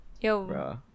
Yo